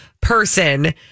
person